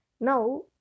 Now